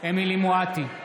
אמילי חיה מואטי,